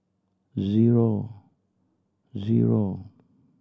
zero zero